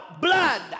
blood